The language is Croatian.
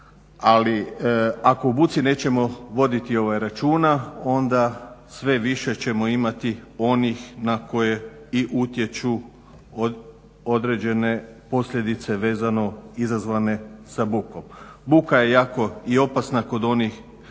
Ali ako o buci nećemo voditi računa, onda sve više ćemo imati onih na koje i utječu određene posljedice vezano izazvane sa bukom. Buka je jako i opasna kod onih